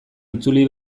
itzuli